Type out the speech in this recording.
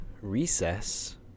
recess